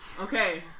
Okay